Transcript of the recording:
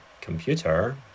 computer